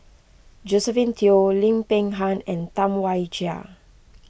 Josephine Teo Lim Peng Han and Tam Wai Jia